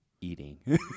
eating